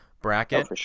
bracket